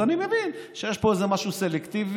אז אני מבין שיש פה איזה משהו סלקטיבי,